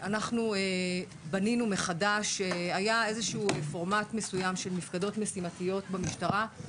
היה איזשהו פורמט מסוים של מפקדות משימתיות במשטרה.